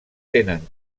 tenen